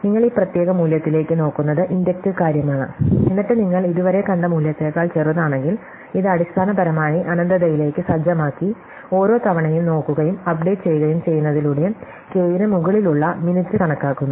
നിങ്ങൾ ഈ പ്രത്യേക മൂല്യത്തിലേക്ക് നോക്കുന്നത് ഇൻഡക്റ്റീവ് കാര്യമാണ് എന്നിട്ട് നിങ്ങൾ ഇതുവരെ കണ്ട മൂല്യത്തേക്കാൾ ചെറുതാണെങ്കിൽ ഇത് അടിസ്ഥാനപരമായി അനന്തതയിലേക്ക് സജ്ജമാക്കി ഓരോ തവണയും നോക്കുകയും അപ്ഡേറ്റ് ചെയ്യുകയും ചെയ്യുന്നതിലൂടെ k ന് മുകളിലുള്ള മിനിറ്റ് കണക്കാക്കുന്നു